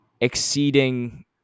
exceeding